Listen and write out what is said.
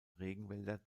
regenwälder